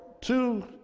two